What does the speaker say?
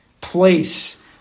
place